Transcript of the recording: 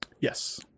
Yes